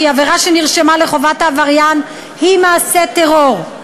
העבירה שנרשמה לחובת העבריין היא מעשה טרור.